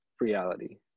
reality